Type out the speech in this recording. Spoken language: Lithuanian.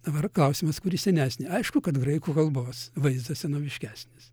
dabar klausimas kuri senesnė aišku kad graikų kalbos vaizdas senoviškesnis